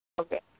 Okay